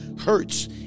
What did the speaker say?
hurts